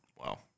Wow